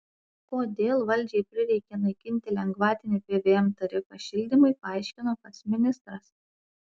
kodėl valdžiai prireikė naikinti lengvatinį pvm tarifą šildymui paaiškino pats ministras